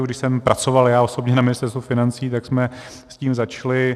Už když jsem pracoval já osobně na Ministerstvu financí, tak jsme s tím začali.